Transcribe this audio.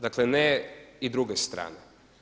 Dakle, ne i druge strane.